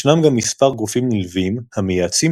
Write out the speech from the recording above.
ישנם גם מספר גופים נלווים המייעצים